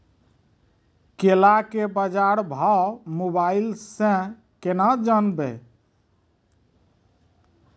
केला के बाजार भाव मोबाइल से के ना जान ब?